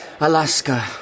Alaska